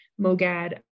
MOGAD